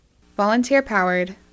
Volunteer-powered